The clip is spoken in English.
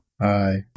hi